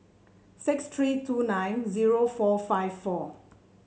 six three two nine zero four five four